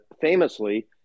famously